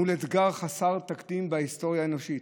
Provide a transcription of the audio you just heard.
מול אתגר חסר תקדים בהיסטוריה האנושית,